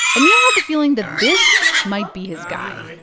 and you know had the feeling that this might be his guy.